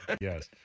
Yes